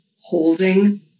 holding